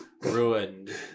ruined